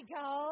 go